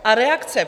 A reakce...